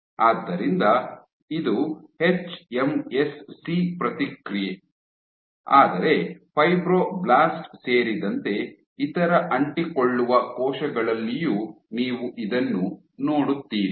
ಆದ್ದರಿಂದ ಇದು ಎಚ್ಎಂಎಸ್ಸಿ ಪ್ರತಿಕ್ರಿಯೆ ಆದರೆ ಫೈಬ್ರೊಬ್ಲಾಸ್ಟ್ ಸೇರಿದಂತೆ ಇತರ ಅಂಟಿಕೊಳ್ಳುವ ಕೋಶಗಳಲ್ಲಿಯೂ ನೀವು ಇದನ್ನು ನೋಡುತ್ತೀರಿ